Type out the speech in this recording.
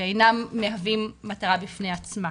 ואינם מהווים מטרה בפני עצמה.